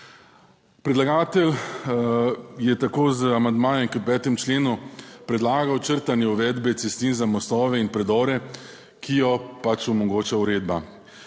Predlagatelj je tako z amandmajem k 5. členu predlagal črtanje uvedbe cestnin za mostove in predore, ki jo omogoča uredba.